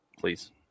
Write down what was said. Please